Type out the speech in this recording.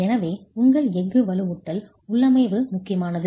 எனவே உங்கள் எஃகு வலுவூட்டல் உள்ளமைவு முக்கியமானது